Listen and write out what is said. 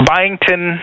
Byington